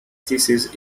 thesis